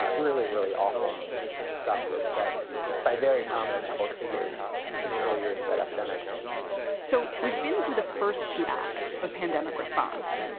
really, really awful stuff the stuff was said by very prominent public figures in the early years of that epidemic so we've been through the first two acts of pandemic response,